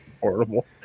Horrible